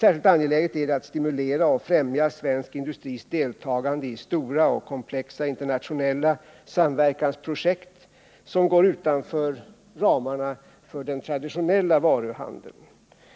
Särskilt angeläget är att stimulera och främja svensk industris deltagande i stora och komplexa internationella samverkansprojekt som går utanför ramarna för den traditionella varuhandeln.